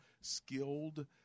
skilled